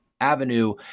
avenue